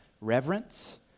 reverence